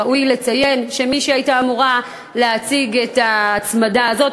ראוי לציין שמי שהייתה אמורה להציג את ההצמדה הזאת,